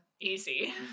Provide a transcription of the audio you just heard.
Easy